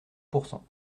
pourcent